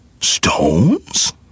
Stones